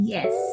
Yes